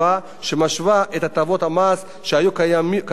שמשווה את הטבות המס שהיו קיימות לגבי